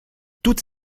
toutes